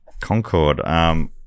Concord